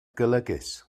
golygus